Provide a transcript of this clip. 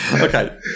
Okay